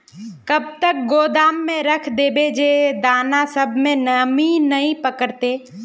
कब तक गोदाम में रख देबे जे दाना सब में नमी नय पकड़ते?